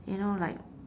you know like